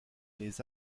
les